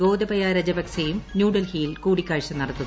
ഗോതബയ രജപക്സെയും ന്യൂഡൽഹിയിൽ കൂടിക്കാഴ്ച നടത്തുന്നു